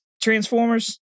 Transformers